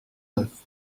neuf